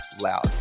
loud